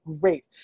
great